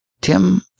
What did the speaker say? Tim